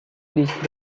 these